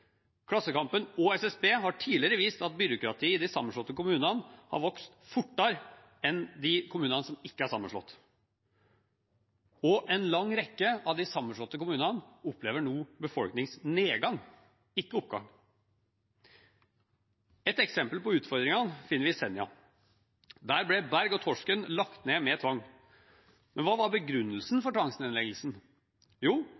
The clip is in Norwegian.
Klassekampen og SSB har tidligere vist at byråkratiet i de sammenslåtte kommunene har vokst fortere enn i de kommunene som ikke er sammenslått. Og en lang rekke av de sammenslåtte kommunene opplever nå en befolkningsnedgang – ikke oppgang. Et eksempel på disse utfordringene finner vi på Senja. Der ble Berg og Torsken lagt ned med tvang, men hva var begrunnelsen for tvangsnedleggelsen? Jo,